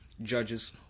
judges